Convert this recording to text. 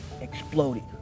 exploded